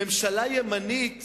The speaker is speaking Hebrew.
ממשלה ימנית